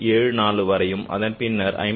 74 வரையும் அதன் பின்னர் 54